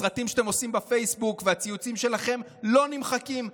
הסרטים שאתם עושים בפייסבוק והציוצים שלכם לא נמחקים.